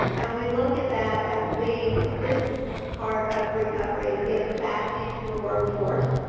and we look at that as being, this is part of recovery is getting back into the workforce.